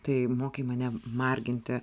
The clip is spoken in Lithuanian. tai mokei mane marginti